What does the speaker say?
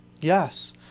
Yes